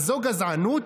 הזו גזענות?